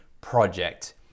Project